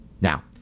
Now